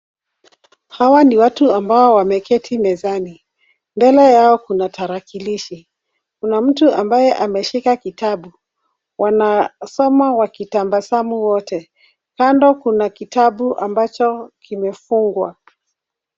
Hawa ni watu ambao wameketi mezani. Mbele yao kuna tarakilishi. Kuna mtu ambaye ameshika kitabu. Wanasoma wakitabasamu wote. Kando kuna kitabu ambacho kimefungwa.